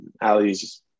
Allie's